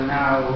now